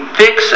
fix